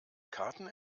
karten